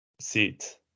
seat